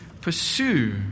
pursue